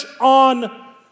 on